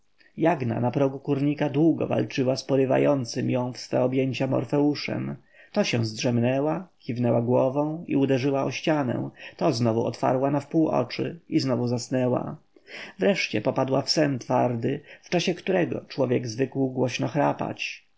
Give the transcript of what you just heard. jagna na progu kurnika długo walczyła z porywającym ją w swoje objęcia morfeuszem to się zdrzemnęła kiwnęła głową i uderzyła o ścianę to znów otwarła nawpół oczy i znów zasnęła wreszcie popadła w sen twardy w czasie którego człowiek zwykł głośno